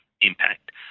impact